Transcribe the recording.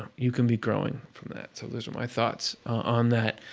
you can be growing from that. so those are my thoughts on that.